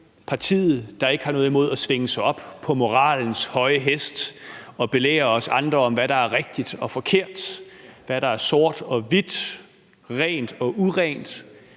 partiet, der ikke har noget imod at svinge sig op på moralens høje hest og belære os andre om, hvad der er rigtigt og forkert; hvad der er sort og hvidt; hvad der er rent